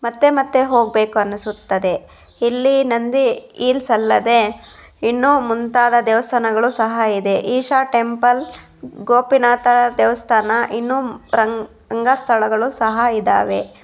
ಮತ್ತೆ ಮತ್ತೆ ಹೋಗಬೇಕು ಅನ್ನಿಸುತ್ತದೆ ಇಲ್ಲಿ ನಂದಿ ಇಲ್ಸ್ ಅಲ್ಲದೇ ಇನ್ನೂ ಮುಂತಾದ ದೇವಸ್ಥಾನಗಳು ಸಹ ಇದೆ ಈಶಾ ಟೆಂಪಲ್ ಗೋಪಿನಾಥ ದೇವಸ್ಥಾನ ಇನ್ನೂ ರಂಗ ರಂಗಸ್ಥಳಗಳು ಸಹ ಇದ್ದಾವೆ